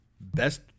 best